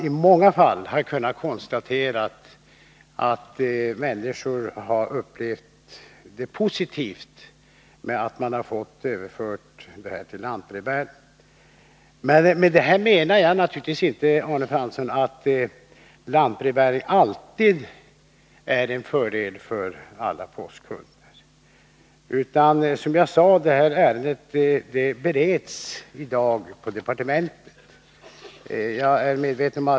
I många fall har man kunnat konstatera att människor har upplevt det som positivt att få postgången överförd till lantbrevbäring. Men med detta menar jag naturligtvis, Arne Fransson, inte att lantbrevbäring alltid är till fördel för alla postkunder. Som jag sade bereds ärendet i dag på departementet.